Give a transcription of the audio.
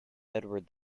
edward